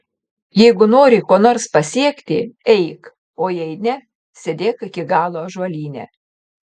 jeigu nori ko nors pasiekti eik o jei ne sėdėk iki galo ąžuolyne